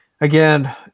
again